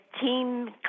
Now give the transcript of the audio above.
Team